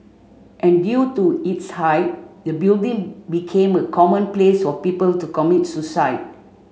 and due to its height the building became a common place for people to commit suicide